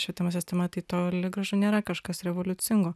švietimo sistema tai toli gražu nėra kažkas revoliucingo